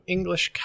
English